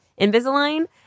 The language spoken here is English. Invisalign